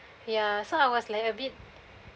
ya so I was like a bit